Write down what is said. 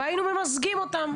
והיינו ממזגים אותן.